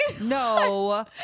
no